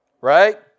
Right